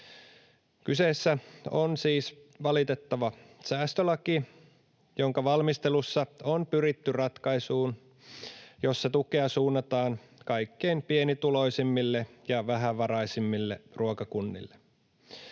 Kyseessä on siis valitettava säästölaki, jonka valmistelussa on pyritty ratkaisuun, jossa tukea suunnataan kaikkein pienituloisimmille ja vähävaraisimmille ruokakunnille.